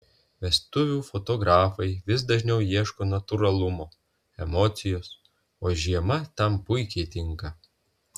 vestuvių fotografai vis dažniau ieško natūralumo emocijos o žiema tam puikiai tinka